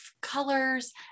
colors